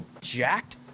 jacked